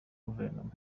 guverinoma